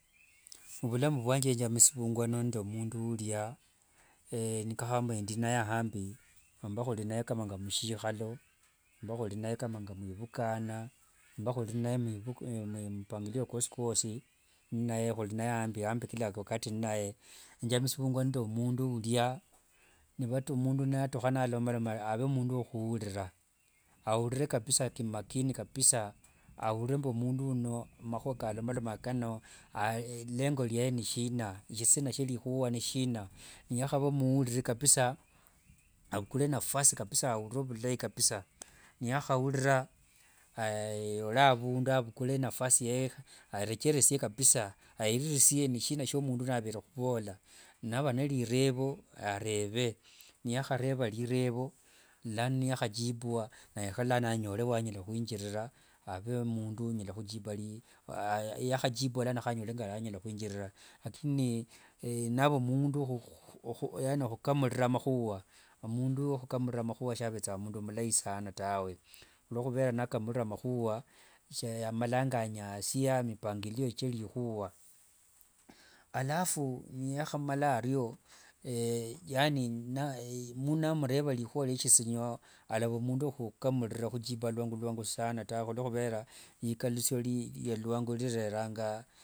muvulamu vwanje njamisingivua nende mundu ulia nikakhavanga mbu ndi inaye ambi nomba khuli inaye kama mushikhalo nomba khuli inaye mulivukana, nomba khuli inaye mumupangilio kwosi kwosi inaye khuliambi ambi inaye mumukakati, njamisivungua nende mundu ulia nivatukha mundu natukha nalomamaloma, ave mundu wakhulira. Aulire kabisa kimakini kabisa. Aurire mbu mundu uno makhua kalomalonanga kano, aye lengo liaye ni shina. Eshishina shielikhua ni shina. Niyakhava muliri kabisa, avukule nafasi kabisa aurire vilai kabisa, niyakhaurira yole avundu avukule nafasi yae arecheresie kabisa, ayereresie kabisa shina shia mundu uno avere khuvola. Nava nalirevo areve, niyakhareva lirevo lano niyakhajibwa, ni khalono anyole wanyala khwinjirira. Ave mundu unyala khujiba yakhajibwa, khanyale khwinjirira. Lakini nava mundu wo kamulira makhua, omundu wa khukamulira makhua savethanga mundu mulai sana tawe. Khuluokhuvera nakamulira makhua shiamalanga anyasia mipangilio chie likhua. Alafu niyakhamala ario, yani nali mundu namureva likhua liesishiro, yalava mundu wokhukamukira khujiba luangu luangu sana tawe, khuluokhuvera likalusia lireranga.